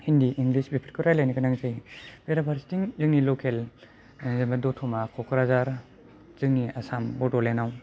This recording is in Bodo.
हिन्दी इंराजि बेफोरखौ रायज्लायनो गोनां जायो हरै फारसेथिं जोंनि लकेल जेन'बा दतमा कक्राझार जोंनि आसाम बड'लेण्डआव